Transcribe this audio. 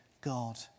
God